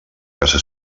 casa